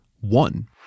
one